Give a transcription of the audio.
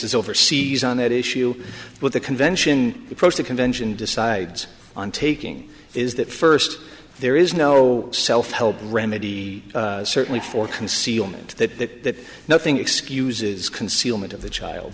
is overseas on that issue but the convention across the convention decides on taking is that first there is no self help remedy certainly for concealment that nothing excuses concealment of the child